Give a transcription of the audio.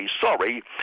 sorry